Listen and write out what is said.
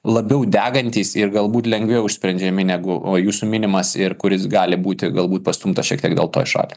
labiau degantys ir galbūt lengviau išsprendžiami negu o jūsų minimas ir kuris gali būti galbūt pastumtas šiek tiek dėl to į šalį